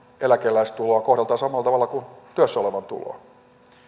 eläkeläistuloa kohdeltava samalla tavalla kuin työssä olevan tuloa